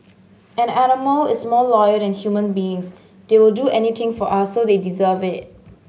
an animal is more loyal than human beings they will do anything for us so they deserve it